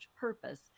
purpose